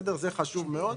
זה חשוב מאוד.